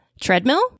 treadmill